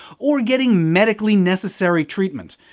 or getting medically necessary treatment.